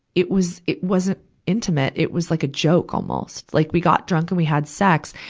it was, it wasn't intimate. it was like a joke almost. like we got drunk and we had sex.